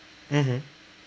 mmhmm